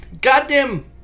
goddamn